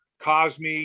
Cosme